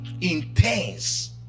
intense